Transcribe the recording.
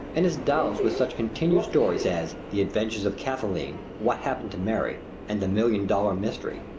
and is dosed with such continued stories as the adventures of kathlyn, what happened to mary, and the million dollar mystery,